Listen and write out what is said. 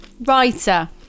Writer